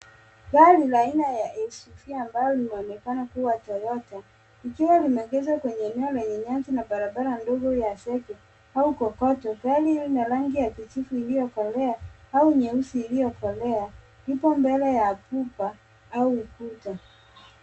Gari la aina ya SUV ambalo linaonekana kuwa Toyota likiwa limeegeshwa kwenye eneo lenye nyasi na barabara ndogo ya zege au kokoto. Gari hilo lina rangi ya kijivu iliyokolea au nyeusi iliyokolea. Ipo mbele ya pipa au ukuta.